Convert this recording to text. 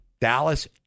dallas